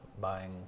buying